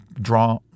draw